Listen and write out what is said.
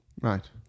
Right